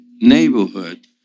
neighborhood